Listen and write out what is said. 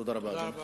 תודה רבה, אדוני.